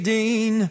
Dean